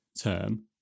term